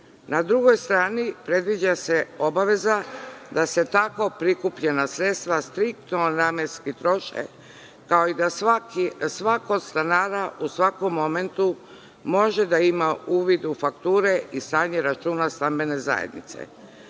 Na drugoj strani predviđa se obaveza da se takvo prikupljena sredstva striktno namenski troše, kao i da svako od stanara u svakom momentu može da ima uvid u fakture i stanje računa stambene zajednice. Kako